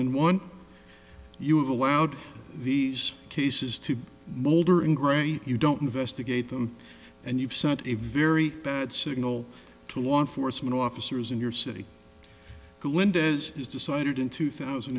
and one you have allowed these cases to be moldering great you don't investigate them and you've sent a very bad signal to law enforcement officers in your city who went as is decided in two thousand